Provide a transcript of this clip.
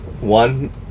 One